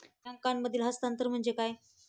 बँकांमधील हस्तांतरण म्हणजे काय?